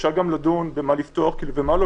אפשר גם לדון מה לפתוח ומה לא,